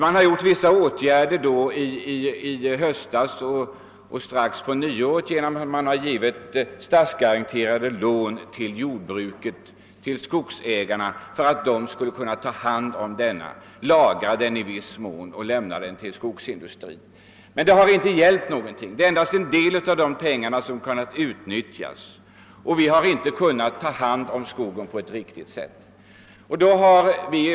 I höstas och på nyåret vidtogs vissa åtgärder, t.ex. statsgaranterade lån till skogsägarna för att de skulle kunna ta hand om den stormfällda skogen, lagra den i viss mån och 1everera den till skogsindustrin. Men detta har inte hjälpt. Endast en del av de pengar som finns har kunnat utnyttjas. Vi har inte kunnat ta hand om skogen på rätt sätt.